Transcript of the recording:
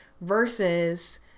versus